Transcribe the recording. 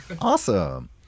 Awesome